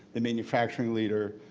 the manufacturing leader,